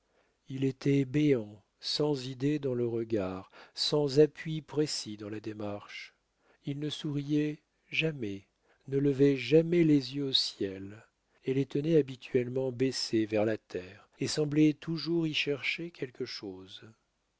il était béant sans idées dans le regard sans appui précis dans la démarche il ne souriait jamais ne levait jamais les yeux au ciel et les tenait habituellement baissés vers la terre et semblait toujours y chercher quelque chose